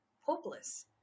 hopeless